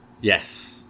Yes